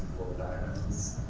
little diamonds